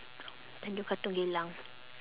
tanjong katong geylang